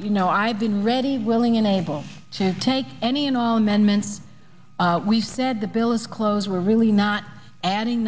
you know i've been ready willing and able to take any and all amendments we said the bill is close we're really not adding